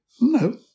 no